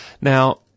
Now